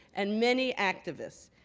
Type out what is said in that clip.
and many activists.